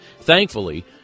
Thankfully